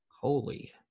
holy